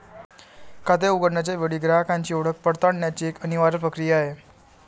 खाते उघडण्याच्या वेळी ग्राहकाची ओळख पडताळण्याची एक अनिवार्य प्रक्रिया आहे